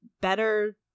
better